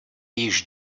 již